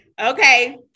Okay